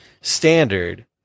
standard